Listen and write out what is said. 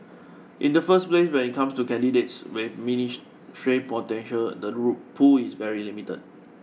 in the first place when it comes to candidates with ministerial potential the rule pool is very limited